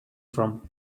from